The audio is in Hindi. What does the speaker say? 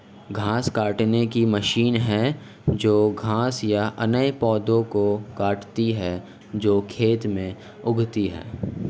घास काटने की मशीन है जो घास या अन्य पौधों को काटती है जो खेत में उगते हैं